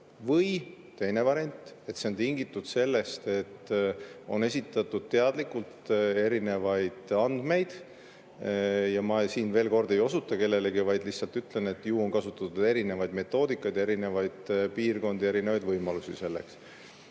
Või teine variant: see on tingitud sellest, et on esitatud teadlikult erinevaid andmeid. Ja ma siin, veel kord, ei osuta kellelegi, vaid lihtsalt ütlen, et ju on kasutatud erinevaid metoodikaid ja erinevaid piirkondi ja erinevaid võimalusi selleks.